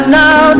now